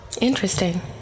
interesting